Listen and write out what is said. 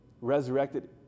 resurrected